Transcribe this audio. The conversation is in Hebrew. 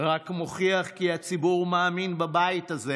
רק מוכיח כי הציבור מאמין בבית הזה